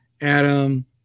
Adam